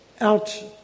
out